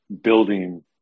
building